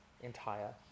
entire